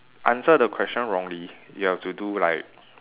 answer the question wrongly you have to do like